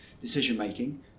decision-making